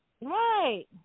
Right